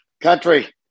Country